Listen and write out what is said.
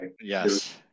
yes